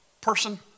person